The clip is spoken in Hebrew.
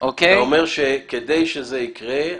אתה אומר שכדי שזה יקרה,